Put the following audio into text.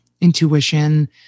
intuition